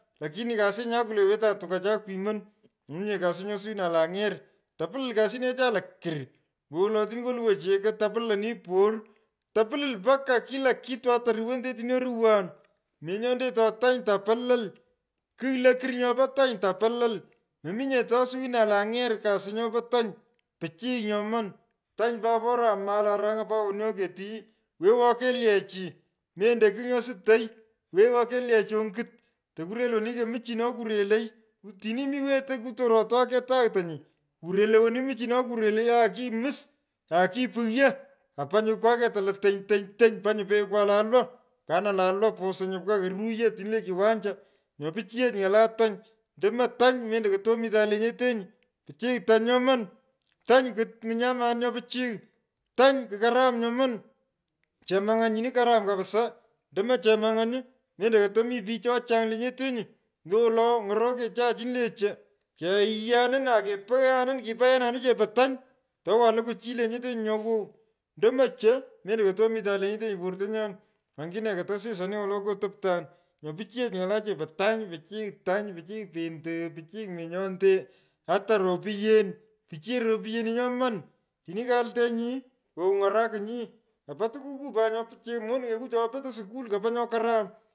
Lakini kasinya kwulee. wetan tukachan kwimoni. Mominye kasi nyo sowinan lo anyer. topilil kasinechan lokurr. Ombowolo otini koluwon cheko tapilil ani por. tapilil mpaka kila kitu ata ruwende otini ruwan npopo tany tapilil. Mominye tosuwinan lo anyer kasi nyopo tany. pichiy nyoman. Tany pat bora. amutan arany’an mbaka woni oketiyi. wewo kelyechi. mendo kigh nyo sutoy wewo lelyechi tokurel woni muchino kurelei otini mi wetei mi kotoroto oketaitanyi kurelei weni. muchino kureloi aa kimus aa kipighyo kopa nyo kwaketa lo tanytany tany pa nyu peynekwa lolwas. Pkana lalwa nyu. pusu pka kuruyo otini le kiwanja. Mnyo pichiyech ny’ala tany. Ndomio tuny mendo kutomitan lenyetenyi pichiy tany nyoman. Tany ku mnyamayan nyo pichiy. tany ku karam nyomani chemuny’any nyini karam kabisa. Ndomo chemany’any mendo koto mi pich cho chany lenyetenyi. ombowolo. ny’orokechu chini le cho. Keyiyanin akepeanun. kipaenanin chepo tany. towan lokwo chi lenyetenyi nyo wow. Ndomo cho mendo komitan lenyetenyi portonyan sangine kotosis ani wolo kotoptan. Nyo pichiyech ny’ala chepo tany. pichy tany. pichiy pento. pichiy menyonte. ata ropiyen. Pichiy ropiyeni nyoman. otini kultenyi. wo kuny’arakinyi. kapa turkuu pat nyo pichiy. monuny’eku cho petei skoi. kapa nyo karam.